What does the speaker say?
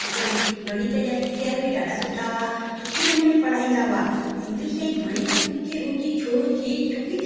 मूंखे गणित जा टीचर बि ॾाढा सुठा हुआ सुठे नमूने पढ़ाईंदा हुआ इंगलिश ऐं गणित मूंखे रोज ई छो ज छोकि